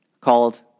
called